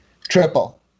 triple